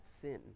sin